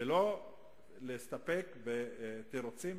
ולא להסתפק בתירוצים.